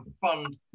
fund